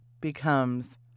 becomes